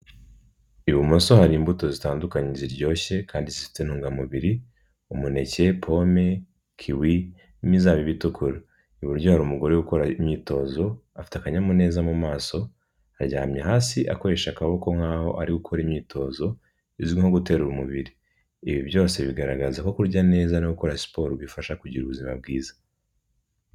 Ibumoso hari imbuto zitandukanye ziryoshye kandi zifite intungamubiri, umuneke, pome, kiwi, n'imizabibu itukura. Iburyo hari umugore uri gukora imyitozo, afite akanyamuneza mu maso, aryamye hasi akoresha akaboko nkaho ari gukora imyitozo, izwi nko guterura umubiri. Ibi byose bigaragaza ko kurya neza no gukora siporo, bifasha kugira ubuzima bwiza.